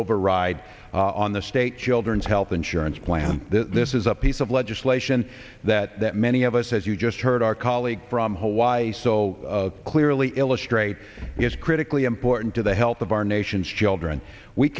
override on the state children's health insurance plan this is a piece of legislation that many of us as you just heard our colleague from hawaii so clearly illustrate is critically important to the health of our nation's children we